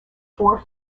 four